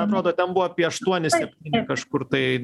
atrodo ten buvo apie aštuoni septyni kažkur tai